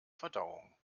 verdauung